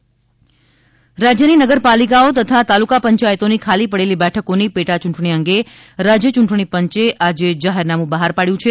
નગરપાલિકાઓની ચૂંટણી રાજ્યની નગરપાલિકાઓ તથા તાલુકા પંચાયતોની ખાલી પડેલી બેઠકોની પેટા યૂંટણી અંગે રાજ્ય યૂંટણીપંચે આજે જાહેરનામું બહાર પાડચું છે